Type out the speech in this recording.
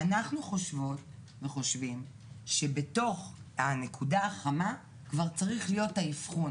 אנחנו חושבות וחושבים שבתוך הנקודה החמה כבר צריך להיות האבחון.